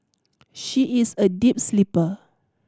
she is a deep sleeper